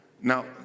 Now